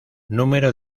número